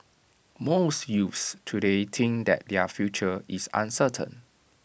most youths today think that their future is uncertain